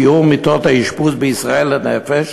שיעור מיטות האשפוז בישראל לנפש